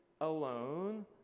alone